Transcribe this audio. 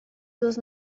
dos